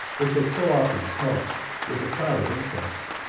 which had so often smoked with a cloud of incense,